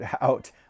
out